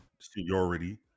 seniority